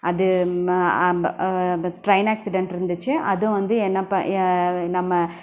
அது ம அம் அந்த ட்ரெய்ன் ஆக்சிடண்ட் இருந்துச்சு அதுவும் வந்து என்ன ப நம்ம